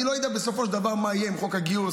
אני לא יודע בסופו של דבר מה יהיה עם חוק הגיוס,